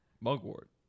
Mugwort